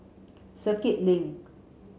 Circuit Link